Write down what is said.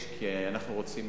יש כי אנחנו רוצים